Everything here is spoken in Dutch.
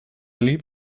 liep